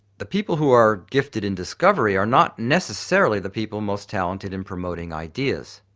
the people who are gifted in discovery are not necessarily the people most talented in promoting ideas.